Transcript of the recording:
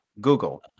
google